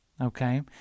okay